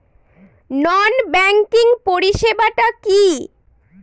নন banking পরিষেবা টা কি?